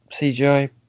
CGI